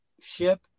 ship